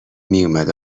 میومد